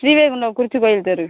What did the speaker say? ஸ்ரீவைகுண்டம் குறிச்சிக்கோயில் தெரு